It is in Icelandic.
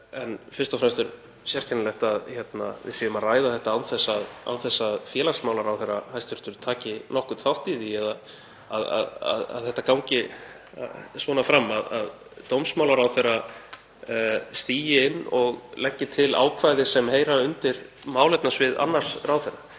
En fyrst og fremst er sérkennilegt að við séum að ræða þetta án þess að hæstv. félags- og vinnumarkaðsráðherra taki nokkurn þátt í því að málið gangi svona fram, að dómsmálaráðherra stígi inn og leggi til ákvæði sem heyra undir málefnasvið annars ráðherra.